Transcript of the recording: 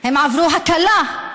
עברו הקלה.